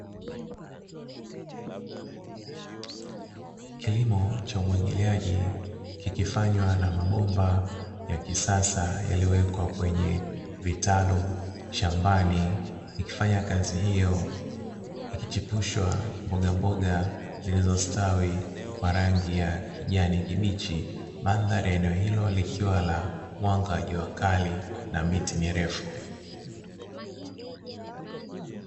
Kilimo cha umwagiliaji, kikifanywa na mabomba ya kisasa yaliyowekwa kwenye vitaru shambani, ikifanya kazi hiyo ikichipusha mbogamboga zilizostawi kwa rangi ya kijani kibichi, mndhari ya eneo hili ikiwa la mwanga wa jua kali na miti mirefu.